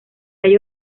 ello